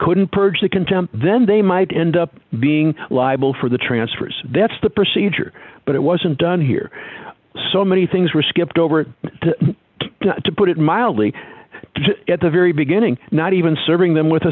couldn't purge the contempt then they might end up being liable for the transfers that's the procedure but it wasn't done here so many things were skipped over it to put it mildly at the very beginning not even serving them with a